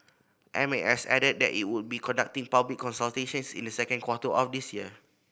M A S added that it will be conducting public consultations in the second quarter of this year